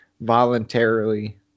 voluntarily